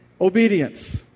obedience